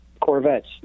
Corvettes